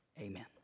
amen